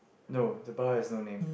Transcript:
no the bar has no name